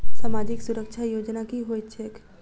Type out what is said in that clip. सामाजिक सुरक्षा योजना की होइत छैक?